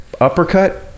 Uppercut